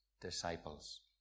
disciples